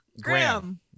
Graham